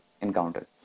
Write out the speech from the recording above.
encountered